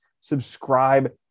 Subscribe